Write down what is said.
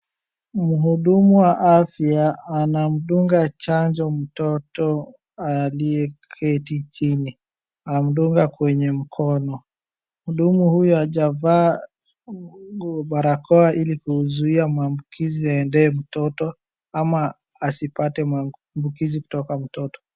Mhudumu wa afya anamdunga chanjo mtoto aliyeketi chini, anamdunga kwenye mkono. Mhudumu huyu hajavaa barakoa ili kuzuia maambukizi yaendee mtoto ama asipate maambukizi kutoka mtoto.